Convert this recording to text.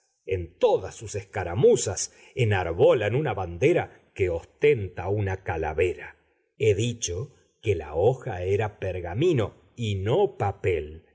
en todas sus escaramuzas enarbolan una bandera que ostenta una calavera he dicho que la hoja era pergamino y no papel